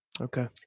Okay